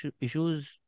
issues